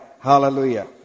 Hallelujah